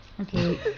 Okay